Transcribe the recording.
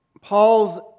Paul's